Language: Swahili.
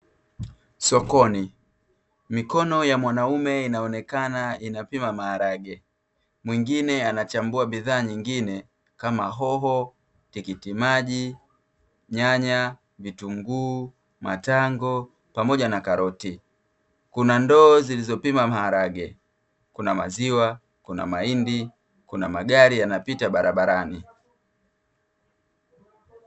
Sokoni. Mikono ya mwanaume inaonekana inapima maharag. Mwingine anachambua bidhaa nyingine kama: hoho, tikiti maji, nyanya, vitunguu, matango pamoja na karoti. kuna ndoo zilizopima maharage, kuna maziwa, kuna mahindi, kuna magari yanapita barabarani.